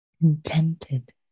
contented